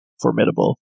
formidable